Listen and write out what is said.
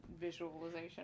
visualization